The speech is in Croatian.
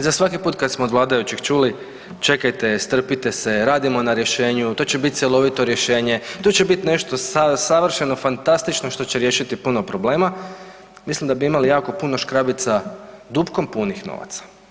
i za svaki put kad smo od vladajućih čuli, čekajte, strpite se, radimo na rješenju, to će biti cjelovito rješenje, to će biti nešto savršeno, fantastično što će riješiti puno problema, mislim da bi imali jako puno škrabica dupkom punih novaca.